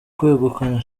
kwegukana